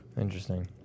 Interesting